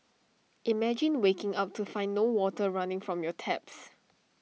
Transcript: imagine waking up to find no water running from your taps